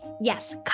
Yes